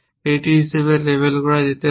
এটি হিসাবে লেবেল করা যেতে পারে